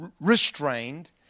restrained